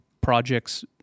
projects